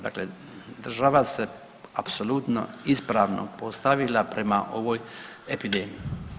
Dakle, država se apsolutno ispravno postavila prema ovoj epidemiji.